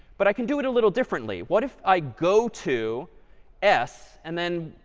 but i can do it a little differently. what if i go to s and then,